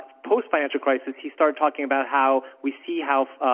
post financial crisis, he started talking about how we see how